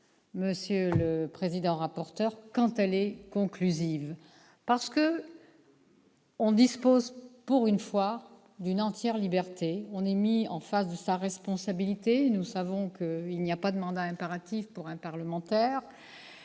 monsieur le président-rapporteur, quand elle est conclusive. En effet, on dispose, pour une fois, d'une entière liberté, on est mis en face de sa responsabilité. Nous savons qu'il n'y a pas de mandat impératif pour un parlementaire.